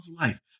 life